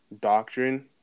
doctrine